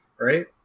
Right